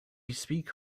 speak